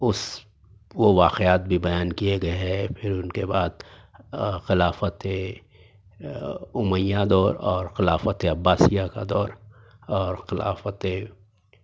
اس وہ واقعات بھی بیان بھی کئے گئے ہے پھر ان کے بعد خلافت امیہ دور اور خلافت عباسیہ کا دور اور خلافت